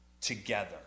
together